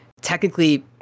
technically